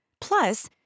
Plus